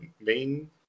main